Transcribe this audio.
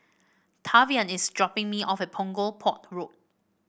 Tavian is dropping me off at Punggol Port Road